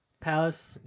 palace